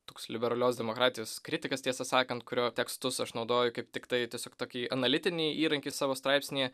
toks liberalios demokratijos kritikas tiesą sakant kurio tekstus aš naudoju kaip tiktai tiesiog tokį analitinį įrankį savo straipsnyje